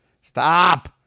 Stop